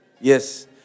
Yes